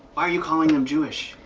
why are you calling um jewish,